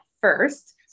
first